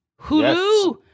Hulu